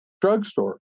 drugstore